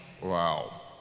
wow